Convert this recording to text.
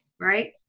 right